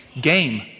game